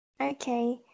okay